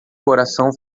coração